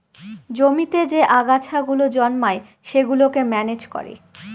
জমিতে যে আগাছা গুলো জন্মায় সেগুলোকে ম্যানেজ করে